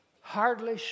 hardly